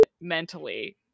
mentally